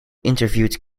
interviewed